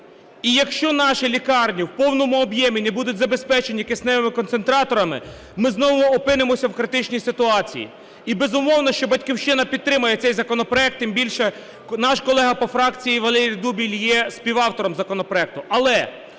І якщо наші лікарні в повному об'ємі не будуть забезпечені кисневими концентраторами, ми знову опинимося в критичній ситуації. І безумовно, що "Батьківщина" підтримає цей законопроект, тим більше наш колега по фракції Валерій Дубіль є співавтором законопроекту.